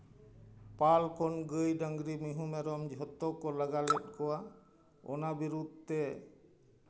ᱯᱟᱞ ᱠᱷᱚᱱ ᱜᱟᱹᱭ ᱰᱟᱹᱝᱨᱤ ᱢᱤᱦᱩ ᱢᱮᱨᱚᱢ ᱡᱷᱚᱛᱚ ᱠᱚ ᱞᱟᱜᱟ ᱞᱮᱫ ᱠᱚᱣᱟ ᱚᱱᱟ ᱵᱤᱨᱩᱫᱽ ᱛᱮ